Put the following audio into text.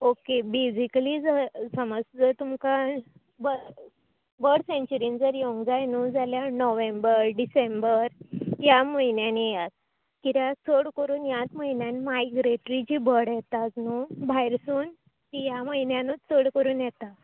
okay basically जर समज जर तुमकां ब बर्ड सेन्चुरीन जर येवंक जाय न्हू जाल्यार नोंवेंबर डिसेंबर ह्या म्हयन्यान येयात कित्याक चड करून ह्यात म्हयन्यात मायग्रेटरी बर्ड येतात न्हू भायर सून तीं ह्या म्हयन्यानूत चड करून येता